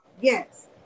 yes